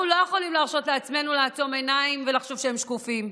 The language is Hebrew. אנחנו לא יכולים להרשות לעצמנו לעצום עיניים ולחשוב שהם שקופים.